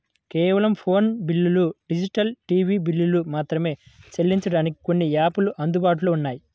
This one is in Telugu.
కేవలం ఫోను బిల్లులు, డిజిటల్ టీవీ బిల్లులు మాత్రమే చెల్లించడానికి కొన్ని యాపులు అందుబాటులో ఉన్నాయి